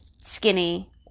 skinny